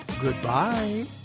Goodbye